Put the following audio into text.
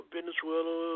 Venezuela